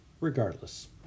Regardless